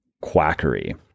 quackery